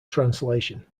translation